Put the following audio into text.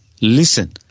listen